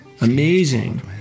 Amazing